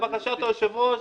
לבקשת היושב-ראש,